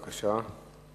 בבקשה.